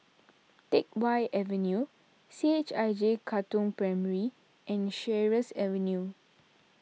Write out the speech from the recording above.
Teck Whye Avenue C H I J Katong Primary and Sheares Avenue